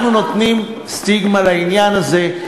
אנחנו נותנים סטיגמה לעניין הזה.